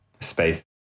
space